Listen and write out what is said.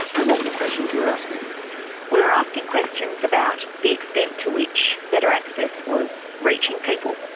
and what were the questions you were asking? we were asking questions about the extent to which better access was reaching people,